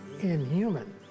inhuman